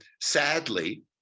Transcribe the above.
sadly